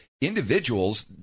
individuals